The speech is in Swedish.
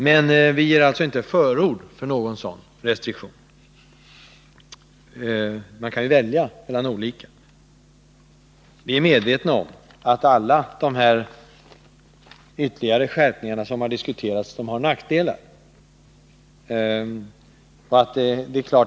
Men vi ger alltså inte förord för några. sådana. Man kan ju välja mellan olika åtgärder. Vi är medvetna om att alla de ytterligare skärpningar som har diskuterats har nackdelar.